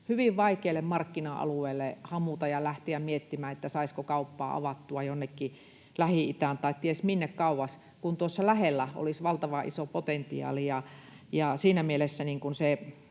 hyvin vaikeille markkina-alueille hamuta ja lähteä miettimään, saisiko kauppaa avattua jonnekin Lähi-itään tai ties minne kauas, vaikka tuossa lähellä olisi valtavan isoa potentiaalia. Ja siinä mielessä